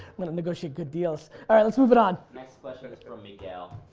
i'm gonna negotiate good deals. alright, let's move it on. next question is from miguel.